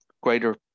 greater